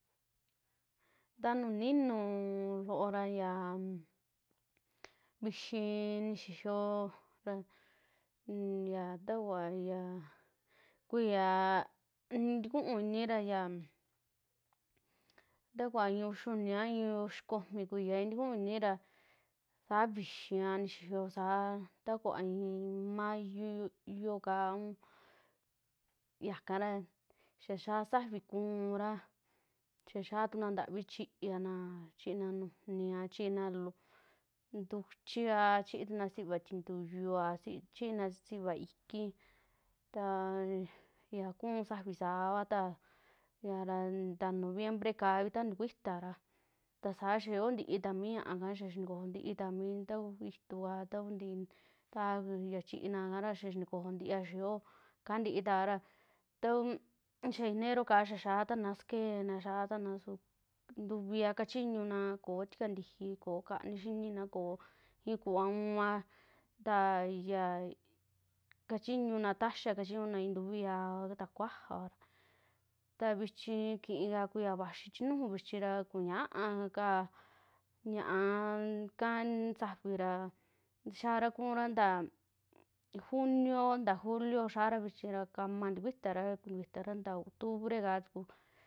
Taa nuu ninu loo ra, ya vixii nixiyo ra un ya tauva, ya kuiyaa i'in tukuu inira yaa takuaa i'i uyiuni kuiyai a i'i uxikomi kuiyai tukuu inira saa vixiiva nixiiyo saa, ta kuvaa i'i mayo kaa un yakara xaa xiaa sa'avi kuura, xaa xiaa tuna ntavi chiiana, chiina nujunia chiina loo ntichiaa, chii tuna sivaa tintuyuaa, chiina sivaa iki ta ya kuu sa'avi saava, ta ya nta noviembre kaavi ta ntakuitara ta saa xaa yoo ntii ta mi ña'aka xaa xintikojo ntii ta mi ntaa kuu ituka, takuntii ka ya chi'ina xaa xinticojo ntiia xaa yooka ntitara tau xa enero kaa ra xia xaa tana skeena, xaatana su ntuvia kachiñuna koo tikantiji, koo kanii xinina, koo i'i kuva uunva, ta ya kachiñuna taxia kachinuna i'i ntuvi yaava ta kuaaja, ta vichi kiika kuiya vaxii chi nuju vichira kuñaaka ña'aaka saafvi ra xiara kuura taa junio nta julio xiara vichi ra kama ntikuitara, ntikuitara ta octubre ka tuku.